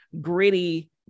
gritty